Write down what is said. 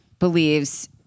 Believes